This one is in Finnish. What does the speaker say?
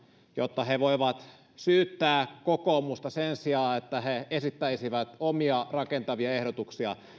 jotta he voisivat syyttää kokoomusta sen sijaan että he he esittäisivät omia rakentavia ehdotuksiaan